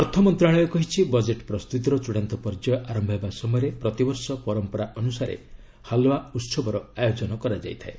ଅର୍ଥ ମନ୍ତ୍ରଣାଳୟ କହିଛି ବଜେଟ୍ ପ୍ରସ୍ତୁତିର ଚୂଡ଼ାନ୍ତ ପର୍ଯ୍ୟାୟ ଆରମ୍ଭ ହେବା ସମୟରେ ପ୍ରତିବର୍ଷ ପରମ୍ପରା ଅନୁସାରେ ହାଲୱା ଉହବର ଆୟୋଜନ କରାଯାଇଥାଏ